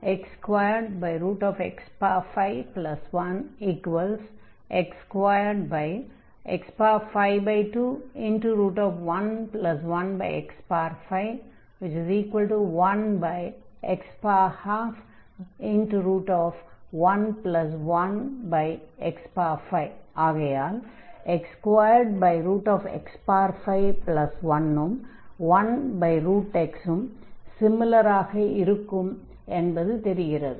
x2x51x2x5211x51x1211x5 ஆகையால் x2x511x என்றாகும்